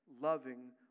loving